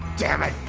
dammit.